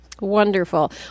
Wonderful